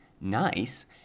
nice